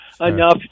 enough